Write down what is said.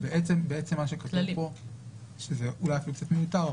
בעצם מה שכתוב פה שזה אולי קצת מיותר,